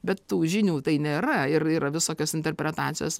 bet tų žinių tai nėra ir yra visokios interpretacijos